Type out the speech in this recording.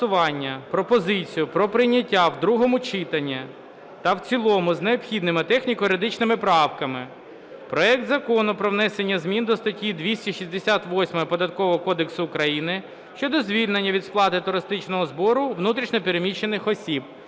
пропозицію про прийняття в другому читанні та в цілому з необхідними техніко-юридичними правками проект Закону про внесення зміни до статті 268 Податкового кодексу України щодо звільнення від сплати туристичного збору внутрішньо переміщених осіб